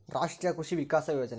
ರಾಷ್ಟ್ರೀಯ ಕೃಷಿ ವಿಕಾಸ ಯೋಜನೆ